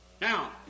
Now